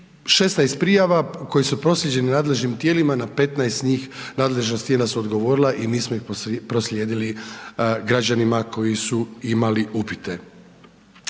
16 prijava koje su proslijeđene nadležnim tijelima na 15 njih nadležna tijela su odgovorila i mi smo ih proslijedili građanima koji su imali upite.